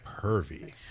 pervy